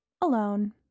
alone